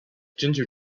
ginger